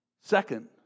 Second